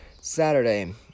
saturday